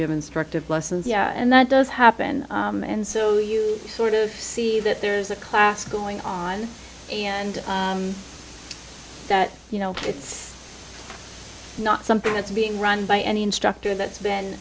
give instructive lessons yeah and that does happen and so you sort of see that there's a class going on and that you know it's not something that's being run by any instructor that's been